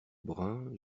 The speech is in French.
brun